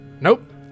Nope